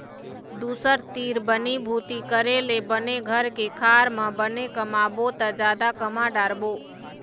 दूसर तीर बनी भूती करे ले बने घर के खार म बने कमाबो त जादा कमा डारबो